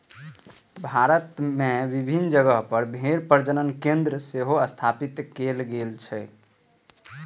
भारत मे विभिन्न जगह पर भेड़ प्रजनन केंद्र सेहो स्थापित कैल गेल छै